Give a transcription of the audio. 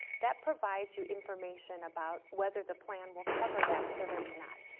that provides you information about whether the plan will cover that service or not.